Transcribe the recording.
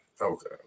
okay